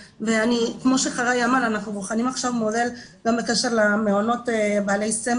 --- כמו שחגי אמר אנחנו בוחנים עכשיו מודל גם בקשר למעונות הסמל,